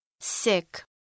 Sick